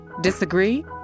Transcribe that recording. Disagree